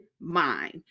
mind